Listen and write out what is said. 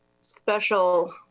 special